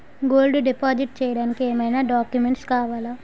Gold deposit చేయడానికి ఏమైనా documents కావాలా?